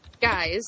guys